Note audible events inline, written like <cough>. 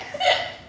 <laughs>